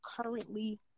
currently